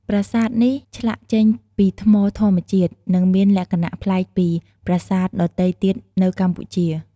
ប្រាសាទនេះឆ្លាក់ចេញពីថ្មធម្មជាតិ និងមានលក្ខណៈប្លែកពីប្រាសាទដទៃទៀតនៅកម្ពុជា។